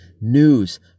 News